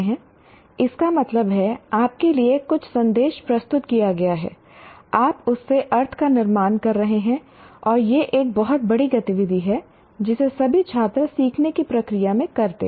इसका मतलब है आपके लिए कुछ संदेश प्रस्तुत किया गया है आप उससे अर्थ का निर्माण कर रहे हैं और यह एक बहुत बड़ी गतिविधि है जिसे सभी छात्र सीखने की प्रक्रिया में करते हैं